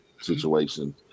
situation